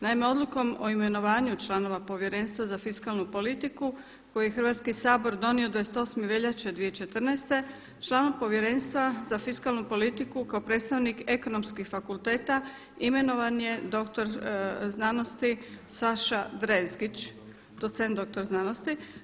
Naime, odlukom o imenovanju članova Povjerenstva za fiskalnu politiku koji je Hrvatski sabor donio 28. veljače 2014. članu Povjerenstva za fiskalnu politiku kao predstavnik ekonomskih fakulteta imenovan je doktor znanosti Saša Drezgić, docent doktor znanosti.